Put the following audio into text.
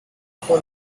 for